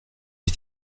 ich